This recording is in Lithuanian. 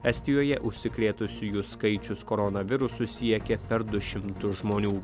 estijoje užsikrėtusiųjų skaičius koronavirusu siekia per du šimtus žmonių